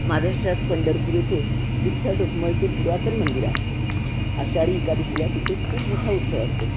महाराष्ट्रात पंढरपुर येथे विठ्ठल रखुमाईचे पुरातन मंदिर आहे आषाढी एकादशीला तिथे खूप मोठा उत्सव असतो